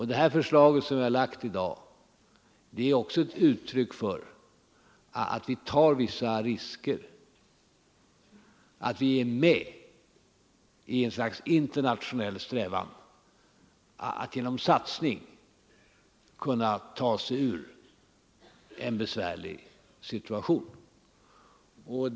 Det förslag som vi har lagt i dag är också ett uttryck för att vi tar vissa risker och att vi är med i en internationell strävan att genom satsning kunna ta oss ur en besvärlig situation.